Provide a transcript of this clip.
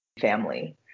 family